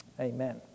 Amen